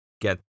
get